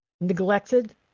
Neglected